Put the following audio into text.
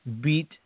beat